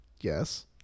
Yes